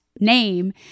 name